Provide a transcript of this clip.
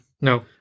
No